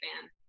fan